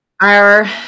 our-